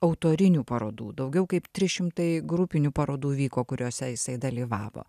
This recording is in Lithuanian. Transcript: autorinių parodų daugiau kaip trys šimtai grupinių parodų vyko kuriose jisai dalyvavo